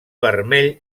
vermell